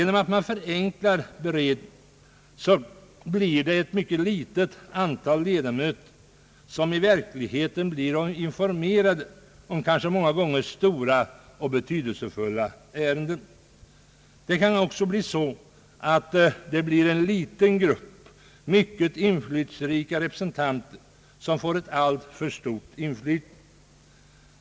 När man förenklar beredningen blir ett mycket litet antal ledamöter informerade om <kanske många gånger stora och betydelsefulla ärenden. Det kan också bli så att en liten grupp av inflytelserika representanter får ett alltför stort inflytande.